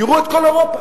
תראו את כל אירופה.